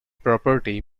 property